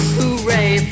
hooray